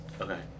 Okay